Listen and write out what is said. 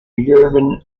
urban